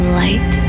light